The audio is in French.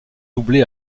doublé